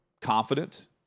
confident